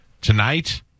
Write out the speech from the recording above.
tonight